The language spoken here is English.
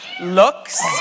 looks